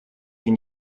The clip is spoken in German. den